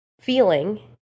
feeling